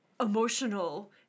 emotional